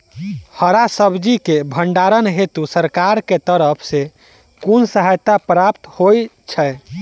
हरा सब्जी केँ भण्डारण हेतु सरकार की तरफ सँ कुन सहायता प्राप्त होइ छै?